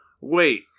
Wait